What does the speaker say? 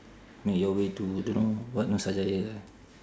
make your way to don't know what nusajaya